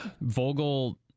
Vogel